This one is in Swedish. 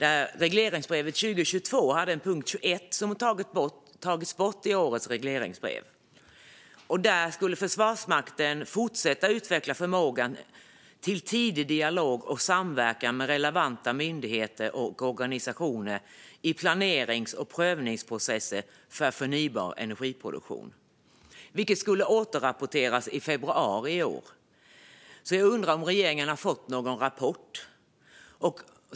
I regleringsbrevet för 2022 fanns en punkt 21 som tagits bort i årets regleringsbrev. Enligt den skulle Försvarsmakten fortsätta att utveckla förmågan till tidig dialog och samverkan med relevanta myndigheter och organisationer i planerings och prövningsprocesser för förnybar energiproduktion. Detta skulle återrapporteras i februari i år, så jag undrar om regeringen har fått någon rapport.